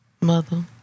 mother